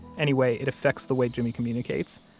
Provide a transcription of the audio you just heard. anyway, it affects the way jimmy communicates.